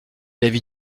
l’avis